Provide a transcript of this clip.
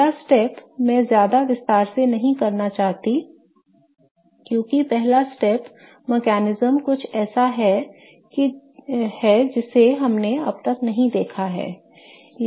पहला कदम मैं ज्यादा विस्तार से नहीं करना चाहता क्योंकि पहला कदम तंत्र कुछ ऐसा है जिसे हमने अब तक नहीं देखा है